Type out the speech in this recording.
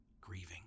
grieving